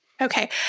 Okay